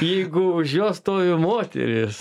jeigu už jo stovi moteris